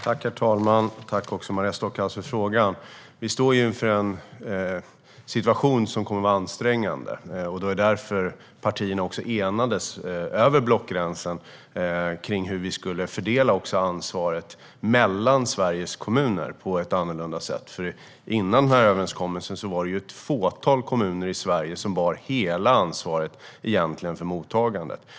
Herr talman! Tack, Maria Stockhaus, för frågan! Vi står inför en situation som kommer att vara ansträngande. Det var därför partierna enades över blockgränsen kring hur ansvaret mellan Sveriges kommuner skulle fördelas på ett annorlunda sätt. Före den överenskommelsen var det ett fåtal kommuner i Sverige som egentligen bar hela ansvaret för mottagandet.